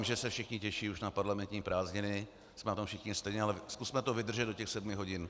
Já vím, že se už všichni těší na parlamentní prázdniny, jsme na tom všichni stejně, ale zkusme to vydržet do těch sedmi hodin.